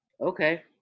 Okay